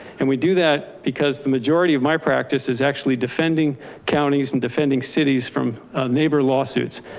and we do that because the majority of my practice is actually defending counties and defending cities from neighbor lawsuits.